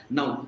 Now